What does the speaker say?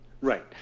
Right